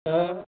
दा